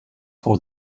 for